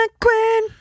queen